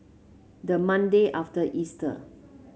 the Monday after Easter